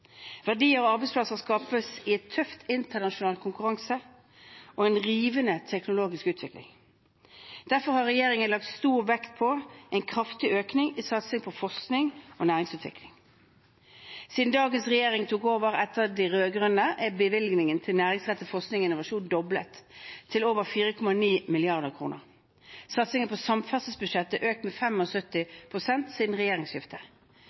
Verdier og arbeidsplasser skapes i en tøff internasjonal konkurranse og en rivende teknologisk utvikling. Derfor har regjeringen lagt stor vekt på en kraftig økning i satsing på forskning og næringsutvikling. Siden dagens regjering tok over etter de rød-grønne er bevilgningene til næringsrettet forskning og innovasjon doblet, til over 4,9 mrd. kr. Satsingen på samferdselsbudsjettet er økt med 75 pst. siden regjeringsskiftet.